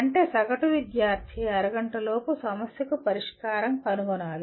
అంటే సగటు విద్యార్థి అరగంటలోపు సమస్యకు పరిష్కారం కనుగొనగలగాలి